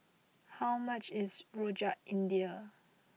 how much is Rojak India